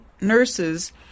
nurses